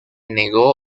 negó